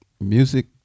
music